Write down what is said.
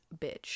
bitch